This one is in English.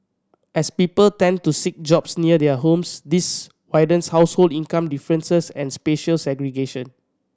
as people tend to seek jobs near their homes this widens household income differences and spatial segregation